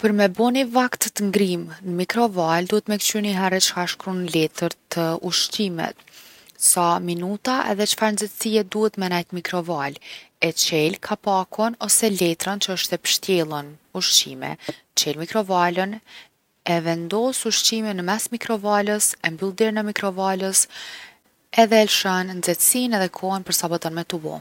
Për me bo ni vakt t’ngrimë n’mikrovalë duhet me kqyr nihere çka shkrun n’letër të ushqimit, sa minuta edhe çfarë nxehtsije duhet me nejt mikrovalë. E qel kapakun ose letrën që osht e pshtjellun ushqimi, e qel mikrovalën e vendos ushqimin mes mikrovalës, e mbyll derën e mikrovalës edhe e lshon nxehtsinë edhe kohën për sa po don me tu bo.